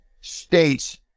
states